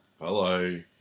Hello